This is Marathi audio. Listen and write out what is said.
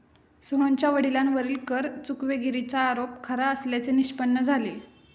सोहनच्या वडिलांवरील कर चुकवेगिरीचा आरोप खरा असल्याचे निष्पन्न झाले